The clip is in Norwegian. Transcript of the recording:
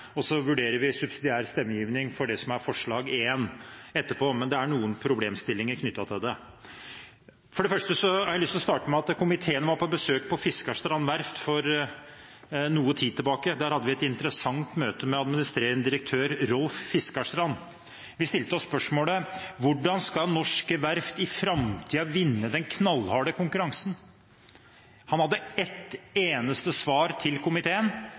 og så vurderer vi subsidiær stemmegivning for det som er forslag nr. 1 etterpå. Men det er noen problemstillinger knyttet til det. Jeg har lyst til å starte med at komiteen var på besøk på Fiskarstrand Verft for noe tid tilbake. Der hadde vi et interessant møte med administrerende direktør Rolf Fiskarstrand. Vi stilte spørsmålet: Hvordan skal norske verft i framtiden vinne den knallharde konkurransen? Han hadde ett eneste svar til komiteen: